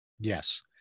yes